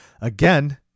again